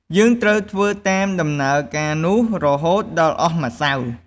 យើងត្រូវធ្វើតាមដំណើរការនោះ រហូតដល់អស់ម្សៅ។